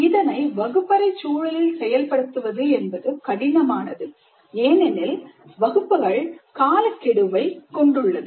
இத்தனை வகுப்பறைச் சூழலில் செயல்படுத்துவது கடினமானது ஏனெனில் வகுப்புகள் காலக்கெடுவை கொண்டுள்ளது